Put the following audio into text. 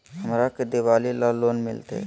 हमरा के दिवाली ला लोन मिलते?